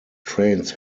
trains